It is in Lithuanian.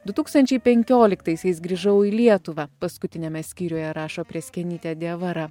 du tūkstančiai penkioliktaisiais grįžau į lietuvą paskutiniame skyriuje rašo prėskienytė diavara